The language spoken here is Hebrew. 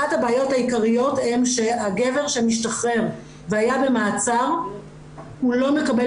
אחת הבעיות העיקריות היא שהגבר שמשתחרר והיה במעצר לא מקבל